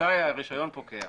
מתי פוקע